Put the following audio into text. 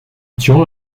durant